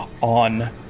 on